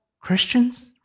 Christians